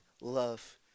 love